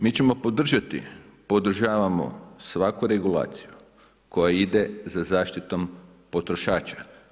Mi ćemo podržati, podržavamo svaku regulaciju koja ide za zaštitom potrošača.